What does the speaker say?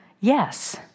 yes